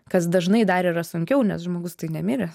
kas dažnai dar yra sunkiau nes žmogus nemiręs